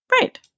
Right